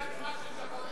מניין כבר יש.